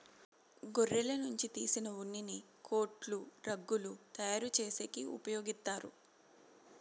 గొర్రెల నుంచి తీసిన ఉన్నిని కోట్లు, రగ్గులు తయారు చేసేకి ఉపయోగిత్తారు